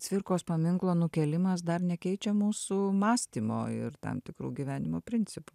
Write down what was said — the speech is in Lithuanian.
cvirkos paminklo nukėlimas dar nekeičia mūsų mąstymo ir tam tikrų gyvenimo principų